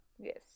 Yes